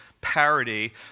parody